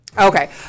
Okay